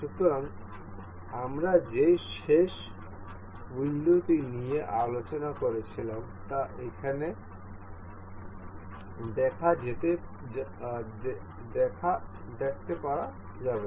সুতরাং আমরা যে শেষ উইন্ডোটি নিয়ে আলোচনা করছিলাম তা এখানে দেখা যেতে পারা যাবে